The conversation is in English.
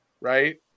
right